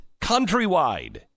Countrywide